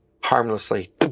harmlessly